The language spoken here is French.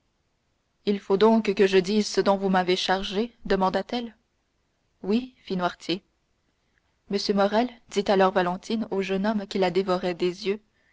il faut donc que je dise ce dont vous m'avez chargée demanda-t-elle oui fit noirtier monsieur morrel dit alors valentine au jeune homme qui la dévorait des yeux